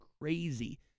crazy